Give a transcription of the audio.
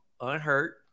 unhurt